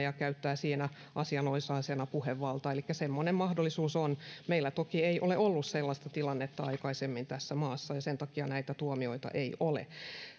ja käyttää siinä asianosaisena puhevaltaa elikkä semmoinen mahdollisuus on meillä toki ei ole ollut sellaista tilannetta aikaisemmin tässä maassa ja sen takia näitä tuomioita ei ole